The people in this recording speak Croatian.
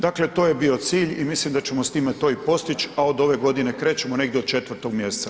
Dakle to je bio cilj i mislim da ćemo s time to i postići, a od ove godine krećemo negdje od 4. mjeseca.